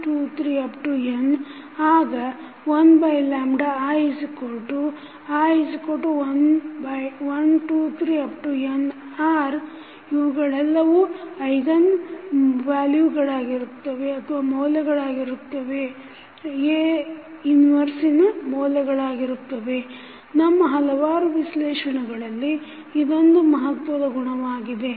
naretheeigenvaluesofA 1 ನಮ್ಮ ಹಲವಾರು ವಿಶ್ಲೇಷಣೆಗಳಲ್ಲಿ ಇದೊಂದು ಮಹತ್ವದ ಗುಣಲಕ್ಷಣವಾಗಿದೆ